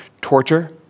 Torture